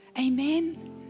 Amen